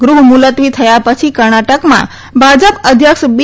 ગૃહ્ મુલત્વી થયા ૈ છી કર્ણાટકમાં ભાજૈ અધ્યક્ષ બી